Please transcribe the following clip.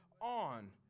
on